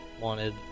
wanted